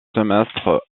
semestre